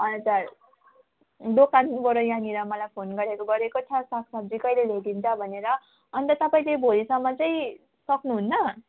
हजुर दोकानबाट यहाँनिर मलाई फोन गरेको गरेकै छ साग सब्जी कहिले ल्याइदिन्छ भनेर अन्त तपाईँले भोलिसम्म चाहिँ सक्नुहुन्न